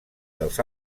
dels